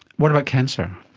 what about cancer?